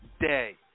day